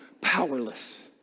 powerless